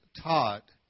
taught